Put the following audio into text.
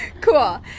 Cool